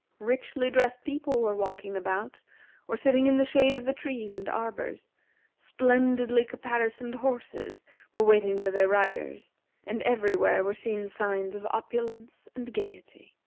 richly dressed people were walking about or sitting in the shade of the trees and arbors splendidly caparisoned horses were waiting for their riders and everywhere were seen signs of opulence and gayety.